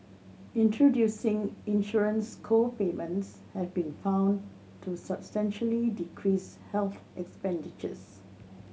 introducing insurance co payments have been found to substantially decrease health expenditures